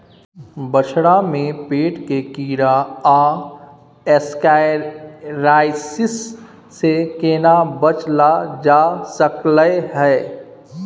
बछरा में पेट के कीरा आ एस्केरियासिस से केना बच ल जा सकलय है?